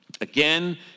Again